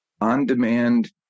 on-demand